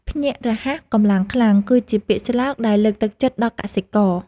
ភ្ញាក់រហ័ស កម្លាំងខ្លាំង គឺជាពាក្យស្លោកដែលលើកទឹកចិត្តដល់កសិករ។